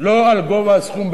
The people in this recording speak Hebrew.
לא על גובה הסכום.